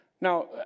Now